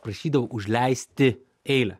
prašydavo užleisti eilę